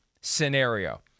scenario